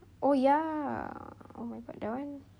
oh ya oh my god that one